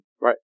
Right